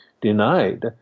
denied